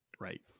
Right